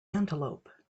antelope